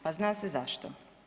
Pa zna se zašto.